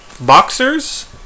boxers